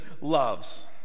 loves